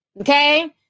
Okay